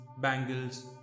bangles